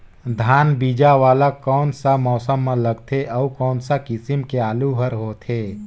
धान बीजा वाला कोन सा मौसम म लगथे अउ कोन सा किसम के आलू हर होथे?